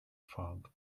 fog